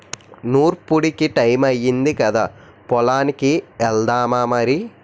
నూర్పుడికి టయమయ్యింది కదా పొలానికి ఎల్దామా మరి